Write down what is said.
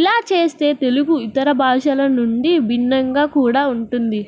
ఇలా చేస్తే తెలుగు ఇతర భాషల నుండి భిన్నంగా కూడా ఉంటుంది